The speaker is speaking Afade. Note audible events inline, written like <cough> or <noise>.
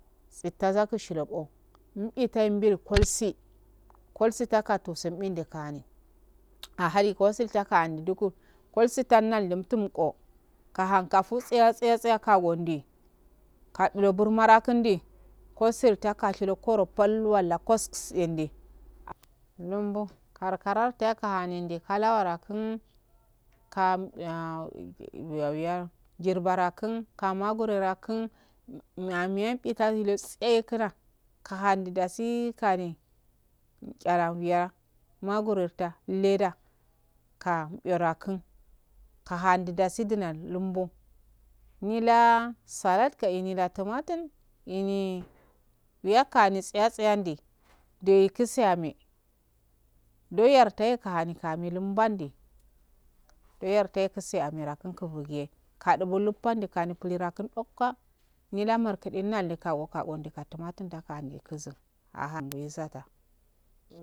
Tsita zaki shilobo umbiltai mbil <noise> kolsi kolsi takatuse mbin nde kane a hadi kositaka andi dugu gosita na num sumgo kahan kafu tsiya tsiya kagendi kadudo burmara kundi kosel ta kashido koro pul wala kos indi lumbu karkarta lanindi kaluwara kun kan mbiya jirbara kun magorera kun ma miyan mbitasile tse kura kahande dasi kanenehara biya magrotu leda kan mbiyo da kun kahande dasi dunan lumbo nilaa salt kaimina tumatun inii uyukani tsiya tsiya ndi nde kitse ame doyarta kari kari lumbanni doyardo yekua amera kun kusuge kadudulu pandi kami pululira kun dok ka nira markade nale kago kado ndaka tumatun ndakande kusun ahangoyon zata.